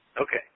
Okay